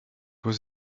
was